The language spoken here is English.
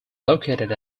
located